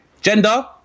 gender